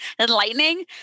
enlightening